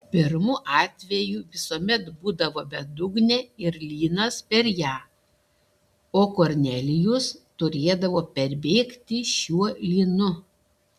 pirmu atveju visuomet būdavo bedugnė ir lynas per ją o kornelijus turėdavo perbėgti šiuo lynu